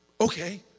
okay